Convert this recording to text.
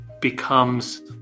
becomes